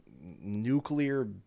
nuclear